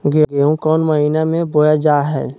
गेहूँ कौन महीना में बोया जा हाय?